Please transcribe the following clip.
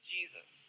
Jesus